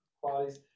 qualities